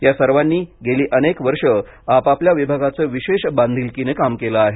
या सर्वांनी गेली अनेक वर्षे आपापल्या विभागाचे विशेष बांधिलकीने काम केले आहे